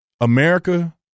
America